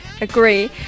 Agree